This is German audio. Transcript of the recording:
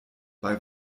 bei